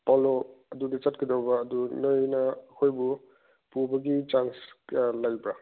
polo ꯑꯗꯨꯗ ꯆꯠꯀꯗꯧꯕ ꯑꯗꯨ ꯅꯣꯏꯅ ꯑꯩꯈꯣꯏꯕꯨ ꯄꯨꯕꯒꯤ ꯆꯥꯔꯖ ꯀꯌꯥ ꯂꯩꯕ꯭ꯔꯥ